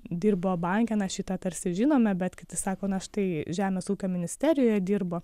dirbo banke na šitą tarsi žinome bet kiti sako na štai žemės ūkio ministerijoje dirbo